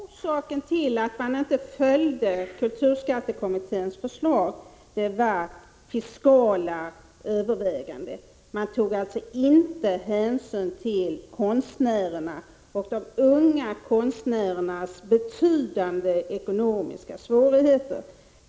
Herr talman! Jag kan inte underlåta att påpeka att anledningen till att man — 25 april 1986 inte följde kulturskattekommitténs förslag var fiskala överväganden. Man tog alltså inte hänsyn till konstnärerna och de unga konstnärernas betydande ekonomiska svårigheter.